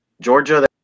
Georgia